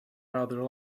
rather